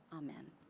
amen.